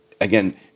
again